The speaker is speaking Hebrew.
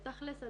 תכל'ס,